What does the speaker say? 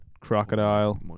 crocodile